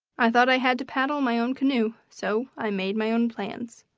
i thought i had to paddle my own canoe, so i made my own plans.